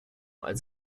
als